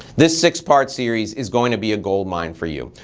this six part series is gonna be a gold mine for you.